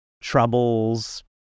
troubles